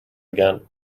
again